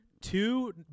two